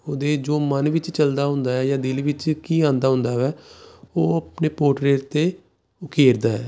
ਉਹਦੇ ਜੋ ਮਨ ਵਿੱਚ ਚੱਲਦਾ ਹੁੰਦਾ ਹੈ ਜਾਂ ਦਿਲ ਵਿੱਚ ਕੀ ਆਉਂਦਾ ਹੁੰਦਾ ਹੈ ਉਹ ਆਪਣੇ ਪੋਰਟਰੇਟ 'ਤੇ ਉਕੇਰਦਾ ਹੈ